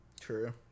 True